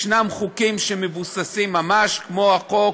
ישנם חוקים שמבוססים, ממש כמו החוק